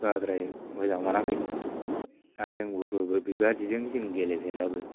बाराद्राय मोजां मोनाखै दा जोंबो बेबायदिजों जों गेलेफेराबो